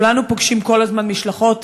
כולנו פוגשים כל הזמן משלחות,